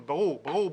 תכנון.